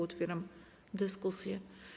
Otwieram dyskusję.